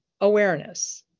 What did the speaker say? awareness